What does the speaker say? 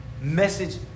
message